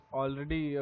already